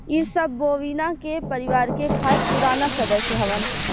इ सब बोविना के परिवार के खास पुराना सदस्य हवन